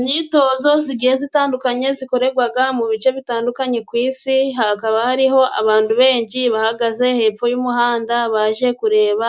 Imyitozo igiye itandukanye ikorerwa mu bice bitandukanye ku isi, hakaba hariho abantu benshi bahagaze hepfo y'umuhanda baje kureba